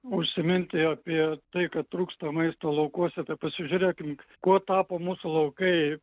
užsiminti apie tai kad trūksta maisto laukuose tai pasižiūrėkim kuo tapo mūsų laukai